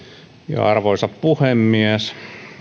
arvoisa puhemies